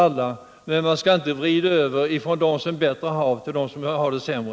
Men man skall då inte föra över resurser från dem som har det sämre till dem som har det bättre.